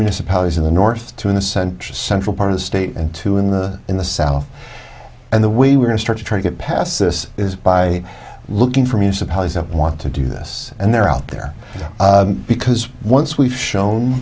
municipalities in the north two in the central central part of the state and two in the in the south and the way we're going to start to try to get past this is by looking for municipalities up want to do this and they're out there because once we've shown